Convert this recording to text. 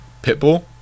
Pitbull